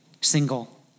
single